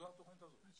זאת התוכנית הזאת.